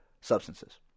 substances